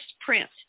print